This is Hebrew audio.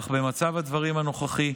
אך במצב הדברים הנוכחי,